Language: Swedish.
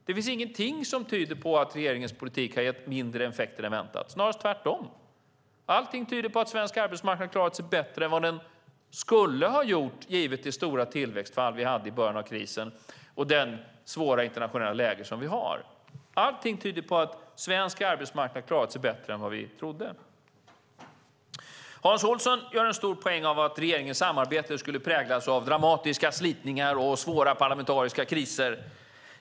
Det finns ingenting som tyder på att regeringens politik har gett mindre effekter än väntat, snarare tvärtom. Allting tyder på att svensk arbetsmarknad har klarat sig bättre än vad den skulle ha gjort givet det stora tillväxtfall som vi hade i början av krisen och det svåra internationella läge som vi har. Allting tyder på att svensk arbetsmarknad har klarat sig bättre än vad vi trodde. Hans Olsson gör en stor poäng av att regeringens samarbete skulle präglas av dramatiska slitningar och svåra parlamentariska kriser.